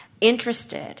interested